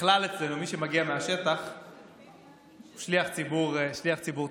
וככלל אצלנו, מי שמגיע מהשטח הוא שליח ציבור טוב.